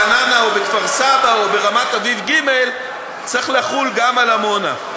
ברעננה או בכפר-סבא או ברמת-אביב ג' צריך לחול גם על עמונה.